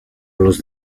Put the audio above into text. los